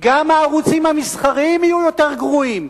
גם הערוצים המסחריים יהיו יותר גרועים.